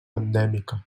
endèmica